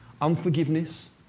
Unforgiveness